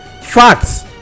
Facts